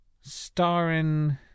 starring